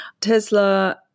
Tesla